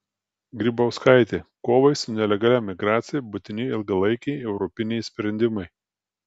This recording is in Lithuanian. grybauskaitė kovai su nelegalia migracija būtini ilgalaikiai europiniai sprendimai